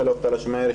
תל השומר,